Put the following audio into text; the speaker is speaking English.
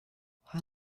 how